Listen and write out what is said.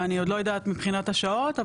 אני עוד לא יודעת מבחינת השעות,